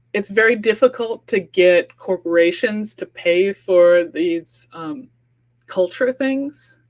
it's very difficult to get corporations to pay for these culture things,